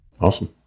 Awesome